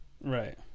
Right